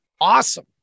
awesome